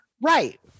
Right